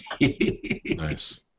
Nice